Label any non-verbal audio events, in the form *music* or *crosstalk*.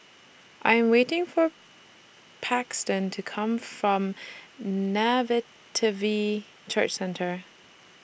I Am waiting For Paxton to Come from *unintelligible* Church Centre